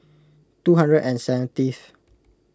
two hundred and seventy th